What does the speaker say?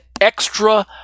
Extra